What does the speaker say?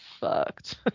fucked